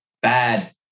bad